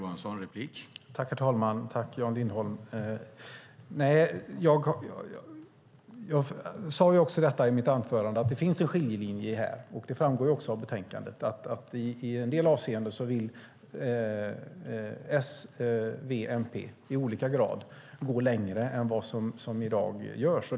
Herr talman! Jag sade i mitt anförande att det finns en skiljelinje här. Det framgår också av betänkandet att i en del avseenden vill S, V och MP i olika grad gå längre än vad som görs i dag.